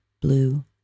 blue